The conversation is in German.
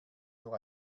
nur